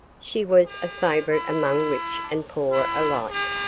she was a favorite among rich and poor alike,